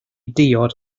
diod